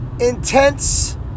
intense